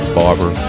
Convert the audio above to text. barber